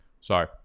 Sorry